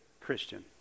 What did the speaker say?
Christian